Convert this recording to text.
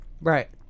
Right